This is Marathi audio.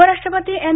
उपराष्ट्रपती एम